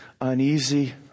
uneasy